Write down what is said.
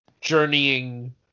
journeying